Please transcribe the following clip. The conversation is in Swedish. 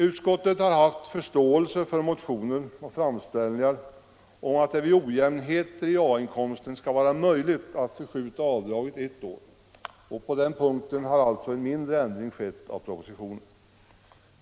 Utskottet har haft förståelse för motioner och framställningar om att det vid ojämnheter i A-inkomsten skall vara möjligt att förskjuta avdraget ett år, och på den punkten har alltså en mindre ändring av propositionen skett.